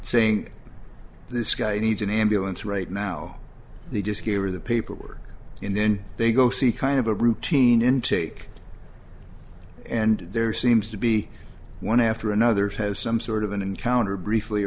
saying this guy needs an ambulance right now the disc you are the paperwork in then they go see kind of a routine intake and there seems to be one after another have some sort of an encounter briefly